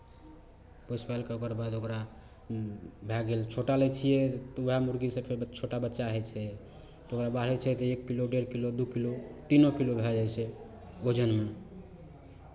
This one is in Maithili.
पोसि पालि कऽ ओकर बाद ओकरा भए गेल छोटा लै छियै तऽ उएह मुरगीसँ फेर ब् छोटा बच्चा होइ छै तऽ ओकर बाद होइ छै कि एक किलो डेढ़ किलो दू किलो तीनो किलो भए जाइ छै ओजनमे